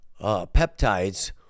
peptides